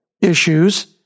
issues